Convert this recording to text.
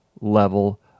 level